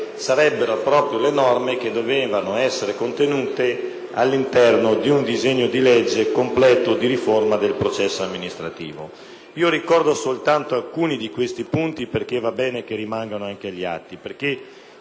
sarebbero proprio quelli che dovevano essere contenuti nelle norme all’interno di un disegno di legge completo di riforma del processo amministrativo. Ricordo soltanto alcuni di questi punti perche´ e bene che essi rimangano agli atti.